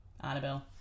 Annabelle